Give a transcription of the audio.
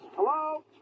Hello